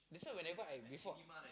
that's why when I come I default